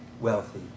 wealthy